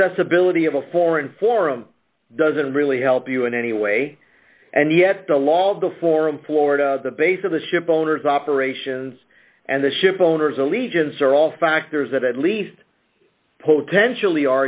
inaccessibility of a foreign forum doesn't really help you in any way and yet the law was before in florida the base of the ship owners operations and the shipowner's allegiance are all factors that at least potentially